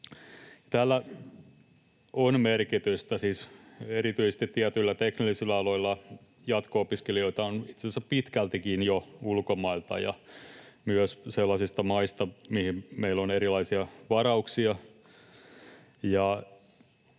Tällä on merkitystä, siis erityisesti tietyillä teknisillä aloilla jatko-opiskelijoita on itse asiassa pitkältikin jo ulkomailta ja myös sellaisista maista, mihin meillä on erilaisia varauksia,